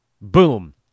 Boom